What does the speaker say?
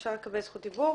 אפשר לקבל זכות דיבור.